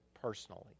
personally